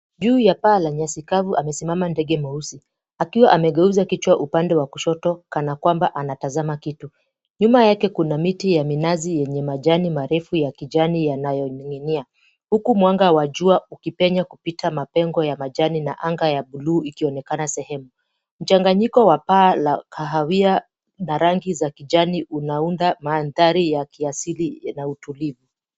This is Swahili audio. Juu ya paa la nyasi kavu amesimama ndege mweusi, akiwa amegeuza kichwa upande wa kushoto kana kwamba anatazama kitu. Nyuma yake kuna miti ya minazi yenye majani marefu ya kijani yanayoning'ia. Huku mwanga wa jua ukipenya kupita mapengo ya majani na anga ya blue ikionekana sehemu. Mchanganyiko wa paa la kahawia na rangi za kijani unaunda mandhari ya kiasili na utulivu.